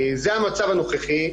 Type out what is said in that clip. זה המצב הנוכחי.